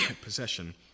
possession